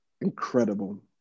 incredible